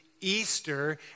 Easter